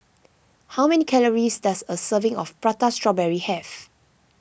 how many calories does a serving of Prata Strawberry have